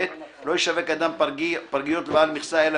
(ב)לא ישווק אדם פרגיות לבעל מכסה אלא